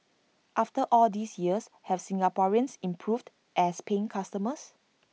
after all these years have Singaporeans improved as paying customers